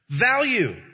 Value